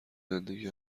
زندگی